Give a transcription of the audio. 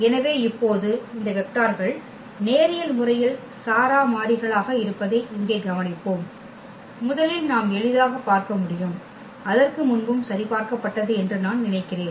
எனவே இப்போது இந்த வெக்டார்கள் நேரியல் முறையில் சாரா மாறிகளாக இருப்பதை இங்கே கவனிப்போம் முதலில் நாம் எளிதாக பார்க்க முடியும் அதற்கு முன்பும் சரிபார்க்கப்பட்டது என்று நான் நினைக்கிறேன்